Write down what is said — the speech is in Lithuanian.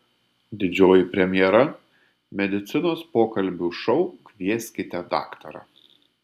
didžioji premjera medicinos pokalbių šou kvieskite daktarą